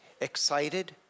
excited